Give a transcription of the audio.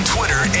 Twitter